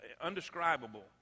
undescribable